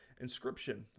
Inscription